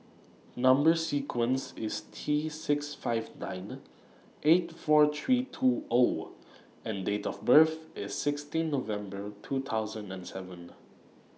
Number sequence IS T six five nine eight four three two O and Date of birth IS sixteen November two thousand and seven